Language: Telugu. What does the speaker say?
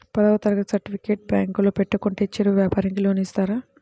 పదవ తరగతి సర్టిఫికేట్ బ్యాంకులో పెట్టుకుంటే చిరు వ్యాపారంకి లోన్ ఇస్తారా?